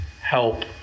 help